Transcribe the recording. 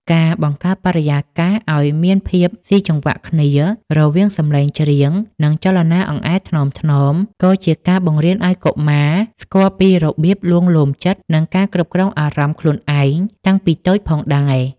ការបង្កើតបរិយាកាសឱ្យមានភាពស៊ីចង្វាក់គ្នា រវាងសំឡេងច្រៀង និងចលនាអង្អែលថ្នមៗ ក៏ជាការបង្រៀនឱ្យកុមារស្គាល់ពីរបៀបលួងលោមចិត្ត និងការគ្រប់គ្រងអារម្មណ៍ខ្លួនឯងតាំងពីតូចផងដែរ។